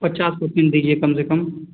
पचास परसेंट दीजिए कम से कम